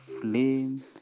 flame